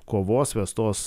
kovos vestos